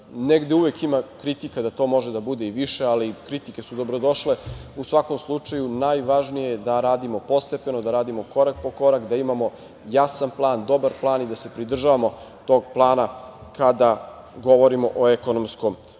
Negde uvek ima kritika da to može da bude i više, ali kritike su dobrodošle. U svakom slučaju, najvažnije je da radimo postepeno, da radimo korak po korak, da imamo jasan plan, dobar plan i da se pridržavamo tog plana kada govorimo o ekonomskom razvoju.